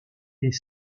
est